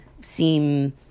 seem